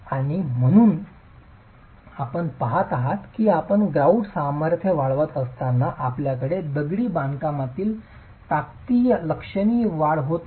आणि आपण पहात आहात की आपण ग्रॉउट सामर्थ्य वाढवत असताना आपल्याकडे दगडी बांधकामातील ताकदीत लक्षणीय वाढ होत नाही